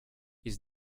his